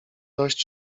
dość